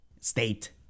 State